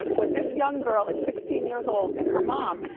but this young girl at sixteen years old, and her mom,